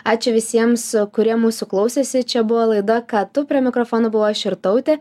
ačiū visiems kurie mūsų klausėsi čia buvo laida ką tu prie mikrofono buvau aš irtautė